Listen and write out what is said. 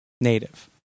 native